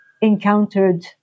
encountered